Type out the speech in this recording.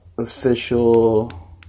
official